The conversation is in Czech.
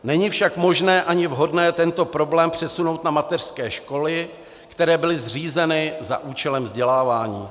Není však možné ani vhodné tento problém přesunout na mateřské školy, které byly zřízeny za účelem vzdělávání.